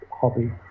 hobby